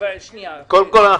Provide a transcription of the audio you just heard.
קודם כל,